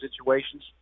situations